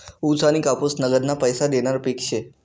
ऊस आनी कापूस नगदना पैसा देनारं पिक शे